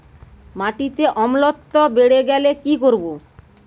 মাটিতে অম্লত্ব বেড়েগেলে কি করব?